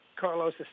Carlos